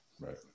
Right